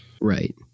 Right